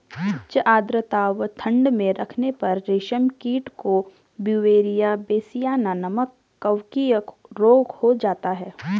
उच्च आद्रता व ठंड में रखने पर रेशम कीट को ब्यूवेरिया बेसियाना नमक कवकीय रोग हो जाता है